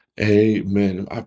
amen